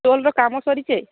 ଷ୍ଟଲର କାମ ସରିଛି